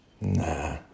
Nah